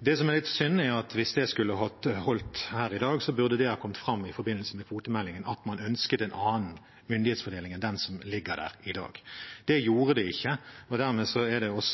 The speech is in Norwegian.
Det som er litt synd, er at hvis det skulle holdt her i dag, burde det ha kommet fram i forbindelse med kvotemeldingen at man ønsket en annen myndighetsfordeling enn den som ligger der i dag. Det gjorde det ikke, og dermed er det